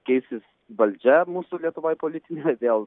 keisis valdžia mūsų lietuvoj politinė vėl